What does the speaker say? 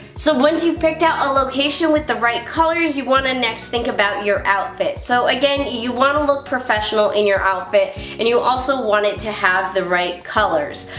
so once you've picked out a location with the right colors you want to next think about your outfit so again you want to look professional in your outfit and you also want it to have the right colors.